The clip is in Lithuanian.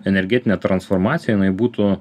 energetinė transformacija jinai būtų